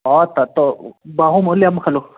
ओ तत् बहु मूल्यं खलु